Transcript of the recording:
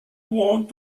want